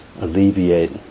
alleviate